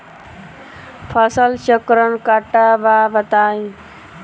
फसल चक्रण कट्ठा बा बताई?